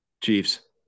Chiefs